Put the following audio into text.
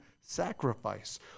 sacrifice